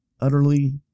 utterly